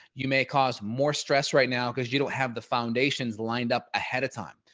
you may cause more stress right now because you don't have the foundations lined up ahead of time.